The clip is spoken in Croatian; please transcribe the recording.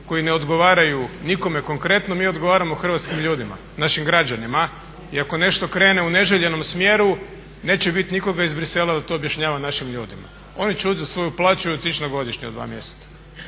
koji ne odgovaraju nikome konkretno mi odgovaramo hrvatskim ljudima, našim građanima. I ako nešto krene u neželjenom smjeru neće biti nikoga iz Bruxellesa da to objašnjava našim ljudima. Oni će uzeti svoju plaću i otići na godišnji od dva mjeseca